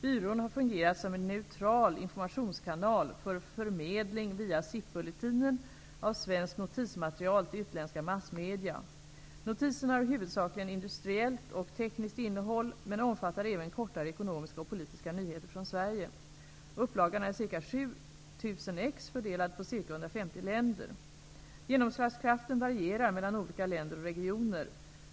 Byrån har fungerat som en neutral informationskanal för förmedling via SIP-bulletinen av svenskt notismaterial till utländska massmedier. Notiserna har huvudsakligen industriellt och tekniskt innehåll men omfattar även kortare ekonomiska och politiska nyheter från Sverige. Upplagan är ca 7 000 Genomslagskraften varierar mellan olika länder och regioner.